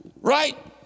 right